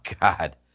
God